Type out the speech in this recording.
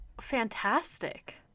fantastic